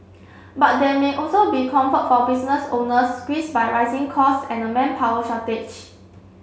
but there may also be comfort for business owners squeezed by rising cost and a manpower shortage